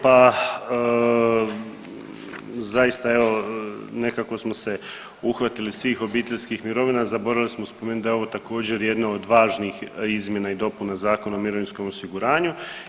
Pa zaista evo nekako smo se uhvatili svih obiteljskih mirovina, zaboravili smo spomenuti da je ovo također jedna od važnih izmjena i dopuna Zakona o mirovinskom osiguranju.